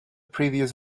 previous